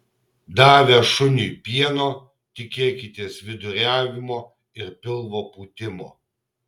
davę šuniui pieno tikėkitės viduriavimo ir pilvo pūtimo